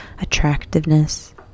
attractiveness